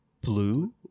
Blue